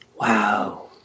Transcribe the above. Wow